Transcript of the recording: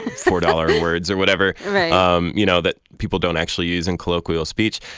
four dollars words or whatever right um you know, that people don't actually use in colloquial speech.